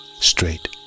straight